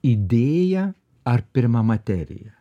idėja ar pirma materija